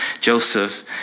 Joseph